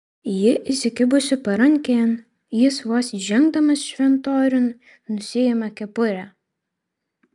ji įsikibusi parankėn jis vos įžengdamas šventoriun nusiima kepurę